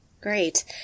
Great